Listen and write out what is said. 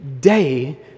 day